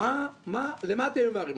למה אתם ממהרים?